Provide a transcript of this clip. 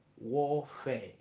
warfare